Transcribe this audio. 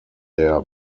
der